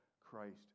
Christ